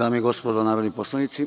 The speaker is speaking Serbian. Dame i gospodo narodni poslanici,